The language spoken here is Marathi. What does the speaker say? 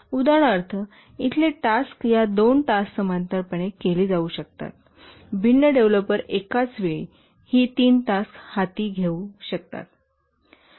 उदाहरणार्थइथली टास्क या दोन टास्क समांतरपणे पुढे जाऊ शकते भिन्न डेव्हलपर एकाच वेळी ही तीन टास्क हाती घेऊ शकतात